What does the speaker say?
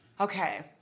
okay